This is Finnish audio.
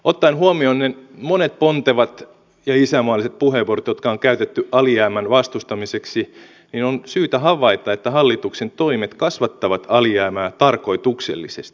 ottaen huomioon ne monet pontevat ja isänmaalliset puheenvuorot jotka on käytetty alijäämän vastustamiseksi on syytä havaita että hallituksen toimet kasvattavat alijäämää tarkoituksellisesti